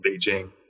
Beijing